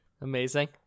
Amazing